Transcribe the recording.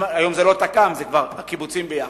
היום זה לא תק"ם, זה הקיבוצים ביחד,